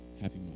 Happy